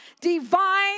divine